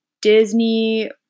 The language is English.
Disney